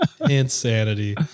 Insanity